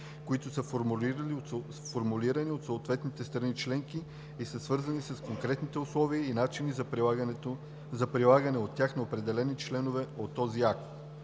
които са формулирани от съответните страни членки и са свързани с конкретните условия и начини на прилагане от тях на определени членове от този акт.